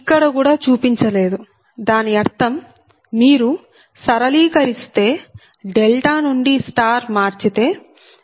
ఇక్కడ కూడా చూపించలేదు దాని అర్థం మీరు సరళీకరిస్తే డెల్టా నుండి స్టార్ మార్చితే j0